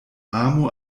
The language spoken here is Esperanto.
amu